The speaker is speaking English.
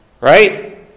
right